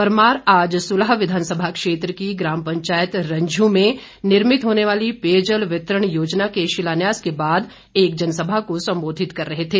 परमार आज सुलह विधानसभा क्षेत्र की ग्राम पंचायत रंझू में निर्मित होने वाली पेयजल वितरण योजना के शिलान्यास के बाद एक जनसभा को संबोधित कर रहे थे